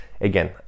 again